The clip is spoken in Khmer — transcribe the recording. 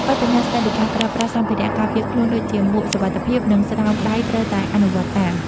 បទប្បញ្ញត្តិស្ដីពីការប្រើប្រាស់សម្ភារៈការពារខ្លួនដូចជាមួកសុវត្ថិភាព និងស្រោមដៃត្រូវតែអនុវត្តតាម។